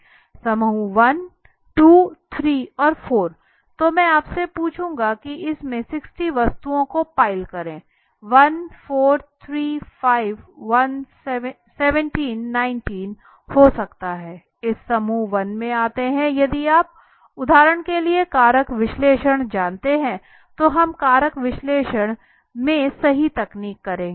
समूह 1 2 3 और 4 तो मैं आपसे पूछेगा कि इस में 60 वस्तुओं को पाइल करे 1 4 3 5 17 19 हो सकता है इस समूह 1 में आते है यदि आप उदाहरण के लिए कारक विश्लेषण जानते है तो हम कारक विश्लेषण में यही तकनीक करेंगे